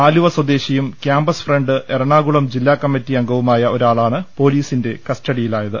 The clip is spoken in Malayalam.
ആലുവസ്വദേശിയും ക്യാമ്പസ്ഫ്രണ്ട് എറണാകുളം ജില്ലാകമ്മറ്റി അംഗ വുമായ ഒരാളാണ് പൊലീസിന്റെ കസ്റ്റഡിയിലായത്